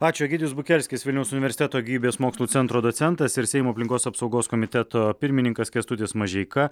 ačiū egidijus bukelskis vilniaus universiteto gyvybės mokslų centro docentas ir seimo aplinkos apsaugos komiteto pirmininkas kęstutis mažeika